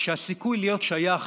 שהסיכוי להיות שייך,